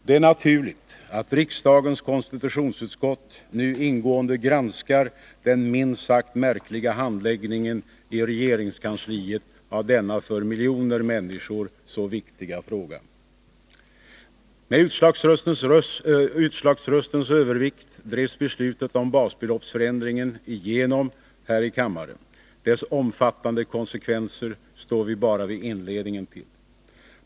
Det är naturligt att riksdagens konstitutionsutskott nu ingående granskar den minst sagt märkliga handläggningen i regeringskansliet av denna för miljoner människor så viktiga fråga. Med utslagsröstens övervikt drevs beslutet om basbeloppsförändringen igenom här i kammaren. Dess omfattande konsekvenser står vi bara vid inledningen till.